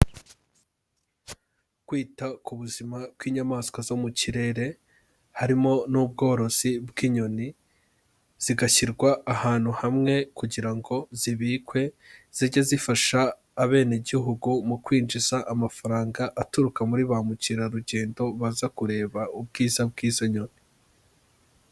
Kwita ku buzima kw'inyamaswa zo mu kirere harimo n'ubworozi bw'inyoni, zigashyirwa ahantu hamwe kugira ngo zibikwe zijye zifasha abenegihugu mu kwinjiza amafaranga aturuka muri ba mukerarugendo baza kureba ubwiza bw'izo nyoni.